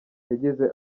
yagize